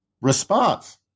response